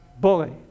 bully